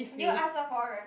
did you ask her for rent